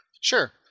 Sure